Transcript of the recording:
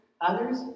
others